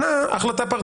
הוא ענה: החלטה פרטנית.